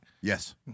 Yes